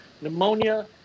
pneumonia